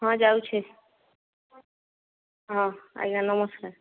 ହଁ ଯାଉଛି ହଁ ଆଜ୍ଞା ନମସ୍କାର